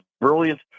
brilliant